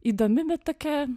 įdomi bet tokia